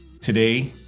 today